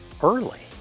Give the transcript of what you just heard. early